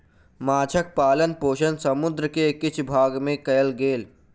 माँछक पालन पोषण समुद्र के किछ भाग में कयल गेल